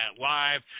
Live